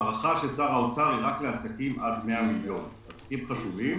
ההארכה של שר האוצר היא רק לעסקים עד 100 מיליון עסקים חשובים,